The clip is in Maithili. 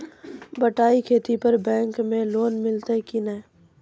बटाई खेती पर बैंक मे लोन मिलतै कि नैय?